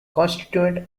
constituent